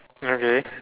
okay